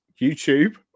YouTube